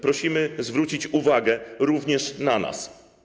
Prosimy zwrócić uwagę również na nas.